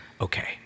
okay